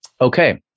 okay